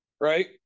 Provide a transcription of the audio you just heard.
right